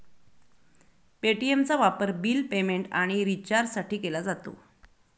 पे.टी.एमचा वापर bill payment आणि रिचार्जसाठी केला जातो